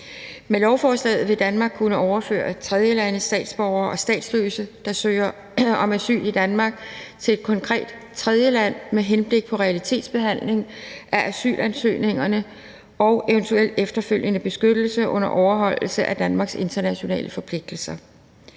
Med lovforslaget vil Danmark kunne overføre tredjelandes statsborgere og statsløse, der søger om asyl i Danmark, til et konkret tredjeland med henblik på realitetsbehandling af asylansøgningerne og eventuel efterfølgende beskyttelse under overholdelsen af Danmarks internationale forpligtelser.